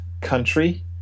country